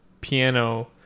piano